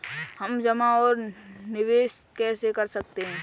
हम जमा और निवेश कैसे कर सकते हैं?